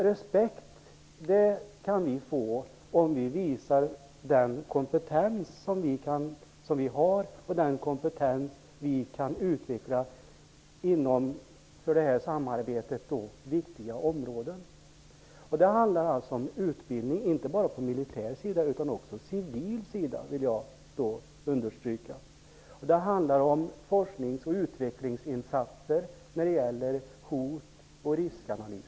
Respekt kan vi få om vi visar den kompetens som vi har och som vi kan utveckla för detta samarbete på viktiga områden. Det handlar alltså om utbildning, inte bara på militär sida utan också på civil sida, vill jag understryka. Det handlar om forsknings och utbildningsinsatser när det gäller hot och riskanalys.